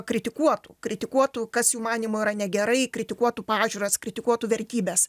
kritikuotų kritikuotų kas jų manymu yra negerai kritikuotų pažiūras kritikuotų vertybes